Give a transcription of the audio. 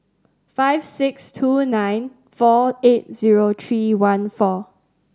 five six two nine four eight zero three one four